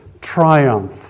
triumph